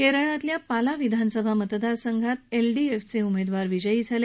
केरळातल्या पाला विधानसभा मतदारसंघात एलडीएफ उमेदवार विजय झाले